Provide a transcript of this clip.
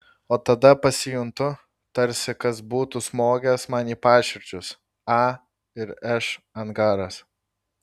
o tada pasijuntu tarsi kas būtų smogęs man į paširdžius a ir š angaras